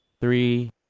three